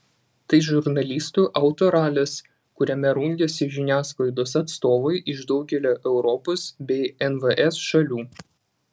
tai žurnalistų autoralis kuriame rungiasi žiniasklaidos atstovai iš daugelio europos bei nvs šalių